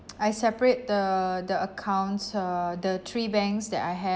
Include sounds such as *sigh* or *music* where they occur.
*noise* I separate the the accounts uh the three banks that I have